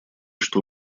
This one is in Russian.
что